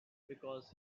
because